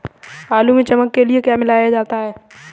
आलू में चमक के लिए क्या मिलाया जाता है?